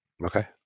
Okay